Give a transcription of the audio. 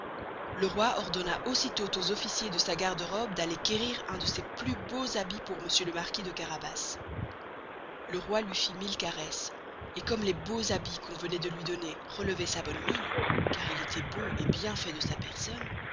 le roy ordonna aussi tost aux officiers de sa garde robbe d'aller querir un de ses plus beaux habits pour monsieur le marquis de carabas le roy luy fit mille caresses et comme les beaux habits qu'on venoit de luy donner relevoient sa bonne mine car il estoit beau et bien fait de sa personne